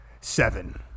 seven